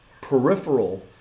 peripheral